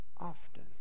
Often